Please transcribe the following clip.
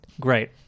Great